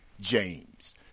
James